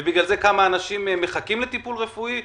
ובגלל זה כמה אנשים מחכים לטיפול רפואי,